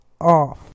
off